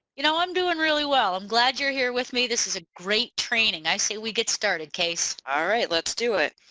you know i'm doing really well. i'm glad you're here with me this is a great training i say we get started casey! all right let's do it.